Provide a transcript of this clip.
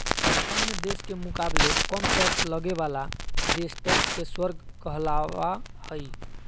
अन्य देश के मुकाबले कम टैक्स लगे बाला देश टैक्स के स्वर्ग कहलावा हई